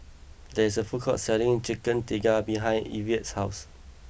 there is a food court selling Chicken Tikka behind Ivette's house